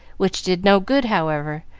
which did no good, however,